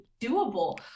doable